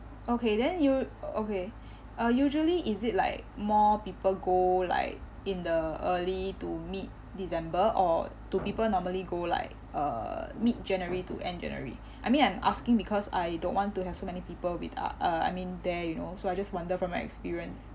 okay then you okay uh usually is it like more people go like in the early to mid december or do people normally go like uh mid january to end january I mean I'm asking because I don't want to have so many people with uh uh I mean there you know so I just wonder from your experience